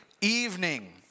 evening